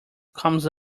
comes